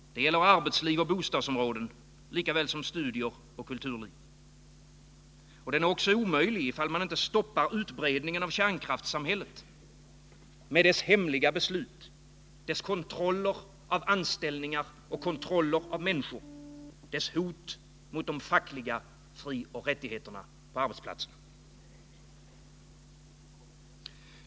Det gäller arbetsliv och bostadsområden likaväl som studier och kulturliv. Den är också omöjlig ifall man inte stoppar utbredningen av kärnkraftssamhället med dess hemliga beslut, dess kontroller av anställningar och kontroller av människor, dess hot mot de fackliga frioch rättigheterna på arbetsplatserna.